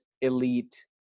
elite